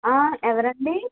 ఎవరండీ